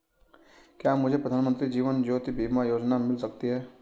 क्या मुझे प्रधानमंत्री जीवन ज्योति बीमा योजना मिल सकती है?